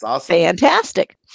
fantastic